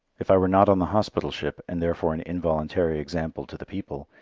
if i were not on the hospital ship, and therefore an involuntary example to the people,